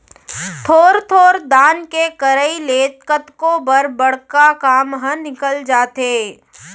थोर थोर दान के करई ले कतको बर बड़का काम ह निकल जाथे